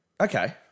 Okay